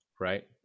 right